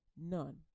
None